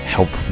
Help